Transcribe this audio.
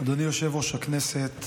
אדוני יושב-ראש הישיבה,